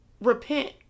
repent